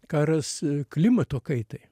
karas klimato kaitai